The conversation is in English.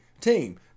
team